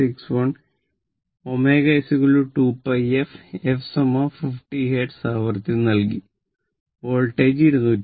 61 ω 2 pi f f 50 hertz ആവൃത്തി നൽകി voltage 231